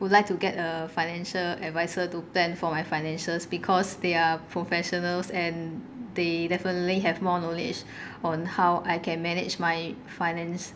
would like to get a financial adviser to plan for my financial because they are professionals and they definitely have more knowledge on how I can manage my finance